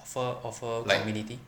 offer offer community